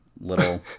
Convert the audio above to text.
little